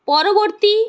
পরবর্তী